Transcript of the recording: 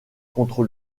contre